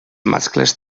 mascles